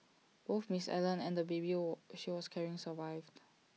both miss Allen and the baby war she was carrying survived